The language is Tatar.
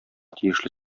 тиешле